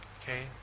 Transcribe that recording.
Okay